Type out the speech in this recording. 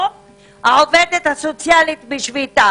העובדת הסוציאלית בשביתה.